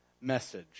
message